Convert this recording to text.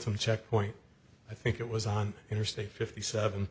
phantom checkpoint i think it was on interstate fifty seven